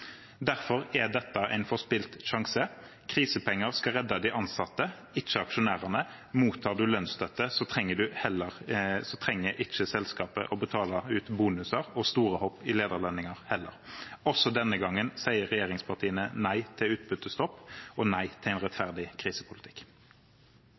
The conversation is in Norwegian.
Derfor er dette en forspilt sjanse. Krisepenger skal redde de ansatte, ikke aksjonærene. Mottar en lønnsstøtte, trenger ikke selskapet å betale ut bonuser og store hopp i lederlønninger. Også denne gangen sier regjeringspartiene nei til utbyttestopp og nei til en